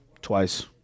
twice